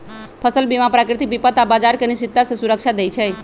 फसल बीमा प्राकृतिक विपत आऽ बाजार के अनिश्चितता से सुरक्षा देँइ छइ